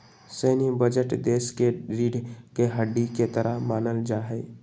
सैन्य बजट देश के रीढ़ के हड्डी के तरह मानल जा हई